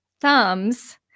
thumbs